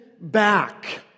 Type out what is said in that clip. back